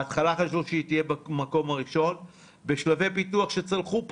בהתחלה חשבו שהיא תהיה במקום הראשון אבל היא בשלבי פיתוח שצלחו פחות.